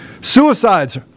Suicides